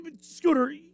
scooter